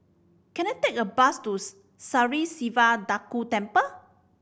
can I take a bus to Sri Siva Durga Temple